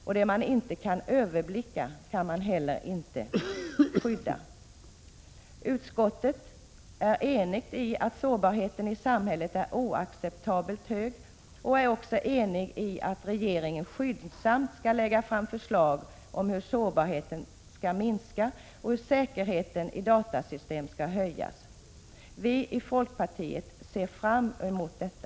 Och det man inte kan överblicka kan man heller inte skydda.” Utskottet är enigt om att sårbarheten i samhället är oacceptabelt hög och är också enigt om att regeringen skyndsamt skall lägga fram förslag till hur sårbarheten skall minska och hur säkerheten i datasystem skall höjas. Vi i folkpartiet ser fram emot detta.